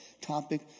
topic